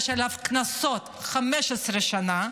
יש עליו קנסות 15 שנה.